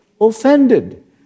offended